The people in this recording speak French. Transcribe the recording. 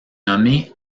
nommée